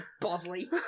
Bosley